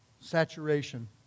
saturation